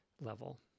level